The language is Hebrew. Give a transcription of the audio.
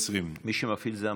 2020. מי שמפעיל זה מט"ח,